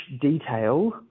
detail